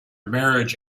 marriage